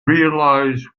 realize